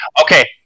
Okay